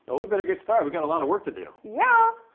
but we better get started, we've got a lot of work to do. yeah!